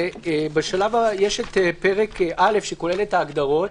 יש את פרק א', שכולל את ההגדרות.